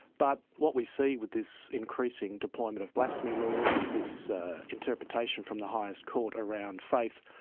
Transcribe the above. but what we see with this increasing deployment of blasphemy laws and this interpretation from the highest court around faith,